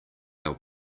our